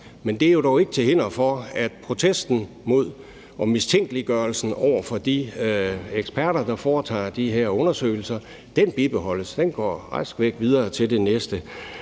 Men det er jo dog ikke til hinder for, at protesten mod og mistænkeliggørelse af de eksperter, der foretager de her undersøgelser, bibeholdes. Den går raskvæk videre til næste.